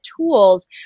tools